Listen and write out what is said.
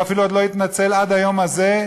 והוא אפילו לא התנצל עד היום הזה,